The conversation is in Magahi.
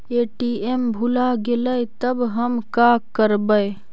ए.टी.एम भुला गेलय तब हम काकरवय?